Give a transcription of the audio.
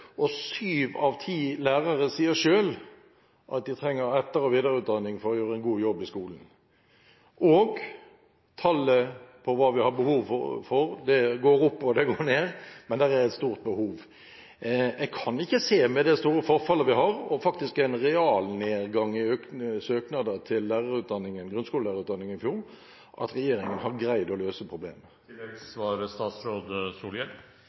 og syv av ti lærere sier selv at de trenger etter- og videreutdanning for å gjøre en god jobb i skolen. Tallet på hva vi har behov for, det går opp og det går ned, men det er et stort behov. Jeg kan ikke se – med det store frafallet vi har og faktisk en realnedgang i søknader til grunnskolelærerutdanningen i fjor – at regjeringen har greid å løse problemet.